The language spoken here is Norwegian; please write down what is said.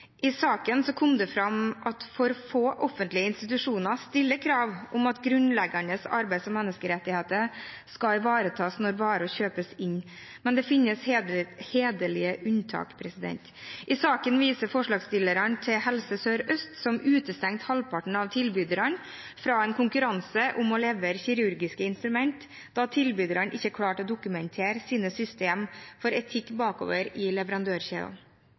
I saken kom det fram at for få offentlige institusjoner stiller krav om at grunnleggende arbeids- og menneskerettigheter skal ivaretas når varer kjøpes inn, men det finnes hederlige unntak. I saken viser forslagsstillerne til Helse Sør-Øst, som utestengte halvparten av tilbyderne fra en konkurranse om å levere kirurgiske instrument da tilbyderne ikke klarte å dokumentere sine system for etikk bakover i